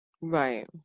Right